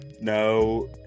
no